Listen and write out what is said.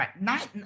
right